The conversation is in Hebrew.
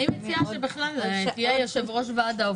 אני רואה שאתם מוסיפים כסף.